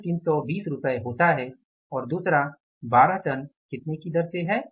यह 320 रुपये होता है और दूसरा 12 टन कितने की दर से है